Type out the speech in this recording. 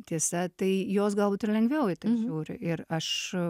tiesa tai jos gal būt ir lengviau į tai žiūri ir aš e